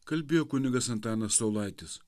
kalbėjo kunigas antanas saulaitis